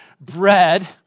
bread